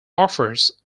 offers